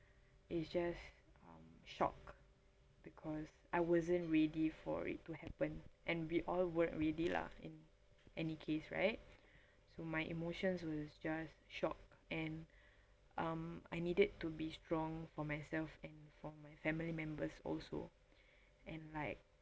it's just um shock because I wasn't ready for it to happen and we all were not ready lah in any case right so my emotions was just shock and um I needed to be strong for myself and for my family members also and like